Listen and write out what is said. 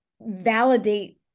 validate